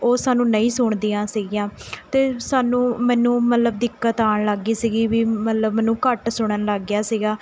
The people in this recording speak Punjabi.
ਉਹ ਸਾਨੂੰ ਨਹੀਂ ਸੁਣਦੀਆਂ ਸੀਗੀਆਂ ਅਤੇ ਸਾਨੂੰ ਮੈਨੂੰ ਮਤਲਬ ਦਿੱਕਤ ਆਉਣ ਲੱਗ ਗਈ ਸੀਗੀ ਵੀ ਮਤਲਬ ਮੈਨੂੰ ਘੱਟ ਸੁਣਨ ਲੱਗ ਗਿਆ ਸੀਗਾ